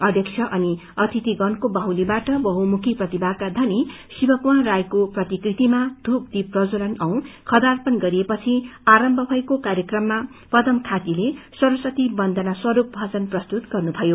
अध्यक्ष अनि अतिथिगणको बाहुलीबाट बहुमुखी प्रतिभाका धनीा शिव कुमार राईको प्रतिकृतिमा धूप दीप प्रज्ज्वलन औ खदार्पण गरिएपछि आरम्भ भएको कार्यक्रममा पदम खातीले सरस्वती बन्दनास्वरूप भजन प्रस्तुत गर्नुभयो